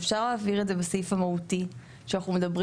אפשר להבהיר את זה בסעיף המהותי שאנחנו מדברים